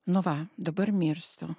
nu va dabar mirsiu